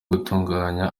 gutunganya